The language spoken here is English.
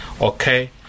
okay